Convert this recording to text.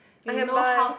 I can buy